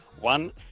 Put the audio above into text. one